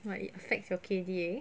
what it affects your K_D_A